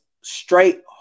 straight